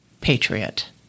patriot